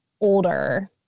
older